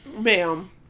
Ma'am